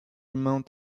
amount